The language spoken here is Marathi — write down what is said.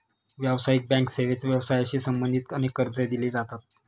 व्यावसायिक बँक सेवेत व्यवसायाशी संबंधित अनेक कर्जे दिली जातात